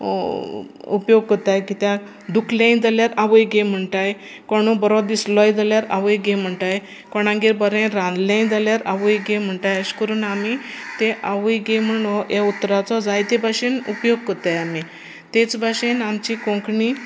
उपयोग कोताय कित्याक दुखलें जाल्यार आवय गे म्हणटाय कोणू बरो दिसलो जाल्यार आवय गे म्हणटाय कोणांगेर बरें रांदलें जाल्यार आवय गे म्हणटाय अशें करून आमी तें आवय गे म्हण ह्या उतराचो जायते भशेन उपयोग कोताय आमी तेच भाशेन आमची कोंकणी